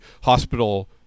hospital